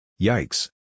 Yikes